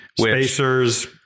Spacers